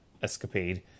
escapade